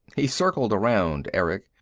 he circled around erick.